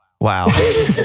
Wow